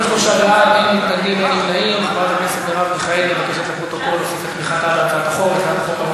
ההצעה להעביר את הצעת חוק לפיקוח על